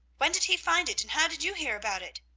when did he find it, and how did you hear about it?